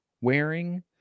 wearing